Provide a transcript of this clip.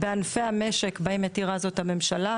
בענפי המשק בהם מתירה זאת הממשלה,